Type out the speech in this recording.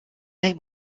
name